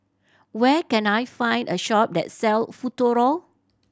where can I find a shop that sell Futuro